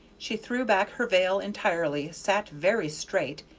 she threw back her veil entirely, sat very straight,